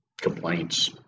complaints